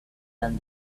done